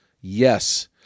Yes